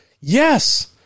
Yes